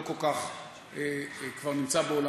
זה כבר לא כל כך נמצא בעולמנו,